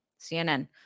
CNN